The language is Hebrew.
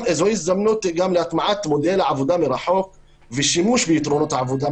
זו גם הזדמנות להטמעת מודל עבודה מרחוק ושימוש ביתרונות העבודה.